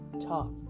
talk